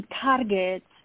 targets